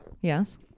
Yes